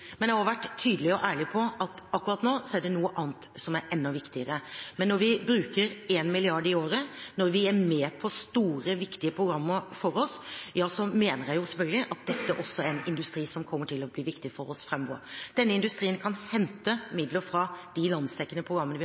men jeg har også vært tydelig og ærlig på at akkurat nå er det noe annet som er enda viktigere. Når vi bruker 1 mrd. kr i året, når vi er med på store, viktige programmer for oss, ja, så mener jeg selvfølgelig at dette også er en industri som kommer til å bli viktig for oss framover. Denne industrien kan hente midler fra de landsdekkende programmene vi